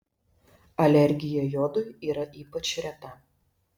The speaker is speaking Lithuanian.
alergija jodui yra ypač reta